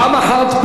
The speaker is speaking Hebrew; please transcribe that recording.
פעם אחת,